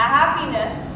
happiness